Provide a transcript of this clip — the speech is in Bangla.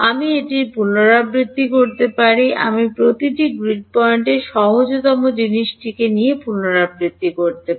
আমি এটির পুনরাবৃত্তি করতে পারি আমি প্রতিটি গ্রিড পয়েন্টে সহজতম জিনিসটিতে এটি পুনরাবৃত্তি করতে পারি